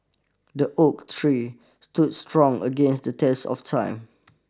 the oak tree stood strong against the test of time